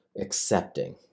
accepting